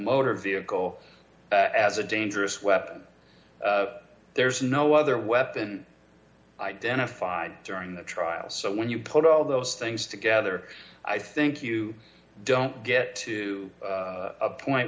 motor vehicle as a dangerous weapon there's no other weapon identified during the trial so when you put all those things together i think you don't get to a point